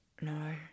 No